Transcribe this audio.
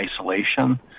isolation